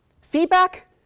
feedback